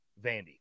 Vandy